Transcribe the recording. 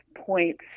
points